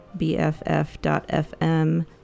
bff.fm